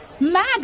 Mad